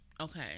okay